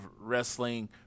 wrestling